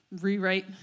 rewrite